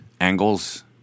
angles